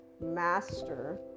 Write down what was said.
master